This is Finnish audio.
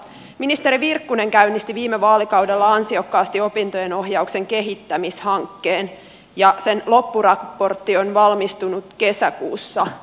ministeri virkkunen käynnisti viime vaalikaudella ansiokkaasti opintojenohjauksen kehittämishankkeen ja sen loppuraportti on valmistunut kesäkuussa